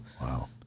wow